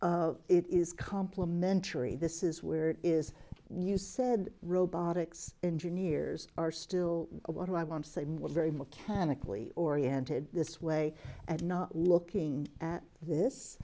that it is complimentary this is where it is you said robotics engineers are still what i want same with very mechanically oriented this way and not looking at this